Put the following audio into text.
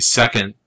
second